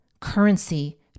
currency